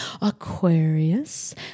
Aquarius